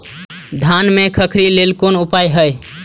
धान में खखरी लेल कोन उपाय हय?